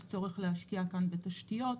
יש צורך להשקיע כאן בתשתיות,